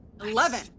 Eleven